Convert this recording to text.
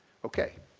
okay.